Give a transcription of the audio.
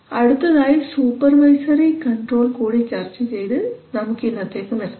അടുത്തതായി supervisory control കൂടി ചർച്ച ചെയ്തു നമുക്ക് ഇന്നത്തേക്ക് നിർത്താം